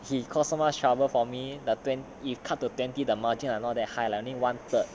he cause so much trouble for me but you you cut the twenty the margin like not that high ah like one third